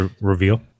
Reveal